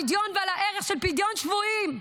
את הפדיון והערך של פדיון שבויים.